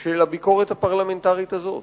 של הביקורת הפרלמנטרית הזאת.